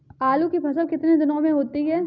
आलू की फसल कितने दिनों में होती है?